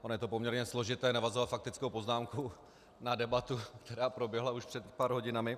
Ono je poměrně složité navazovat faktickou poznámkou na debatu, která proběhla už před pár hodinami.